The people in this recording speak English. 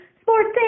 sports